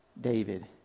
David